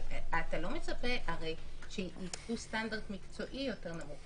אבל אתה לא מצפה שיקבעו סטנדרט מקצועי יותר נמוך.